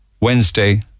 Wednesday